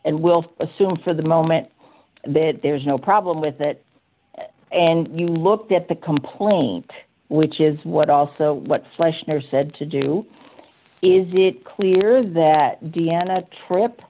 and will assume for the moment that there is no problem with it and you looked at the complaint which is what also what flesh never said to do is it clear that deanna trip